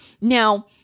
Now